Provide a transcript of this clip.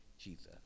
Jesus